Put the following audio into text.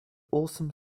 awesome